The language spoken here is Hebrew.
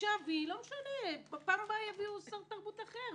עכשיו היא - בפעם הבאה יביאו שר תרבות אחר.